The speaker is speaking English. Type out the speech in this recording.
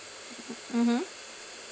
mmhmm